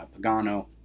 Pagano